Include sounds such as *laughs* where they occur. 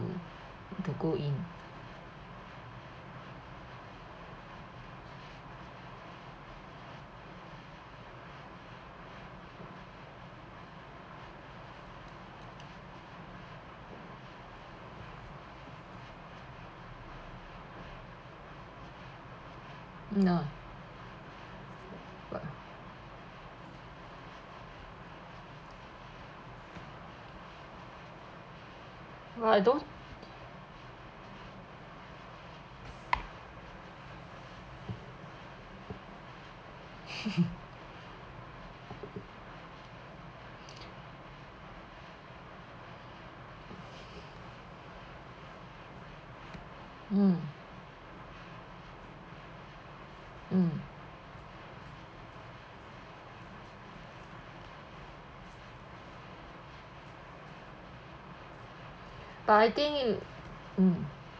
to go in no what uh !wah! I don't *laughs* *breath* mm mm but I think mm